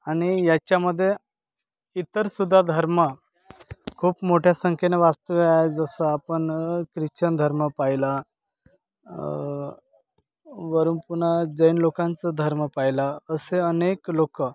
आणि याच्यामध्ये इतर सुद्धा धर्म खूप मोठ्या संख्येनं वास्तव्यास जसं आपण ख्रिश्चन धर्म पाहिला वरून पुन्हा जैन लोकांचं धर्म पाहिला असे अनेक लोकं